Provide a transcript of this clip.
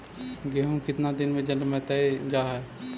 गेहूं केतना दिन में जलमतइ जा है?